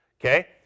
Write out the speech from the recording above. okay